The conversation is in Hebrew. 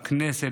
בכנסת,